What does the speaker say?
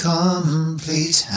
complete